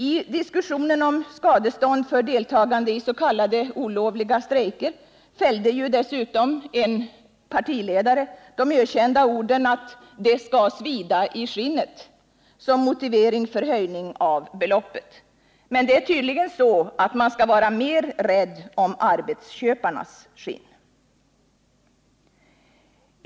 Man kan i sammanhanget erinra om att en partiledare i samband med diskussionen om skadestånd som motivering för höjning av skadeståndsbeloppet när det gällde deltagande i s.k. olovliga strejker fällde de ökända orden: ”Det skall svida i skinnet.” Men det är tydligen så att man skall vara mer rädd om arbetsköparnas skinn.